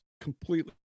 completely